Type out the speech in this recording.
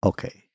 Okay